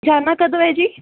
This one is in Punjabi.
ਨਾ ਕਦੋਂ ਐ ਜੀ